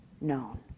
known